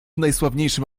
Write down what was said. najsławniejszym